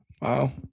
Wow